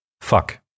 fuck